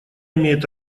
имеет